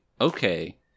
Okay